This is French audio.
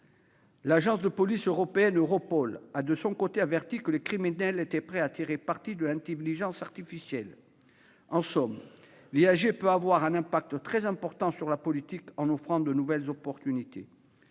l'agence de police européenne Europol a averti que les criminels étaient prêts à tirer parti de l'intelligence artificielle. En somme, l'IAG peut avoir une incidence très importante sur la politique, en offrant de nouvelles aubaines.